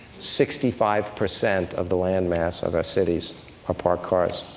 sixty five percent of the landmass of our cities are parked cars.